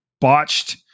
botched